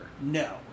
No